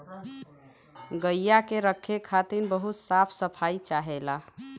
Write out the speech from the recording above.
गइया के रखे खातिर बहुत साफ सफाई चाहेला